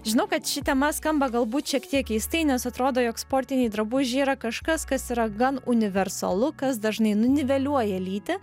žinau kad ši tema skamba galbūt šiek tiek keistai nes atrodo jog sportiniai drabužiai yra kažkas kas yra gan universalu kas dažnai nuniveliuoja lytį